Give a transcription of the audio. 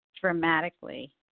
dramatically